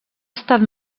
estat